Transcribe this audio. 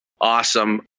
awesome